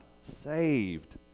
saved